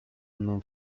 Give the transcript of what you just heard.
mną